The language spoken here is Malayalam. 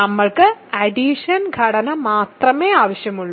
നമ്മൾക്ക് അഡിഷൻ ഘടന മാത്രമേ ആവശ്യമുള്ളൂ